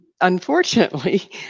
unfortunately